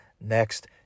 next